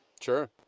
sure